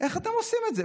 איך אתם עושים את זה?